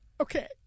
okay